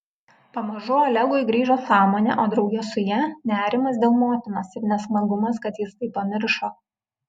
pamažu olegui grįžo sąmonė o drauge su ja nerimas dėl motinos ir nesmagumas kad jis tai pamiršo